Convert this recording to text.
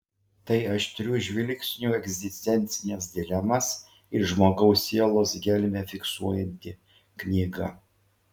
tai aštriu žvilgsniu egzistencines dilemas ir žmogaus sielos gelmę fiksuojanti knyga